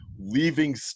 leaving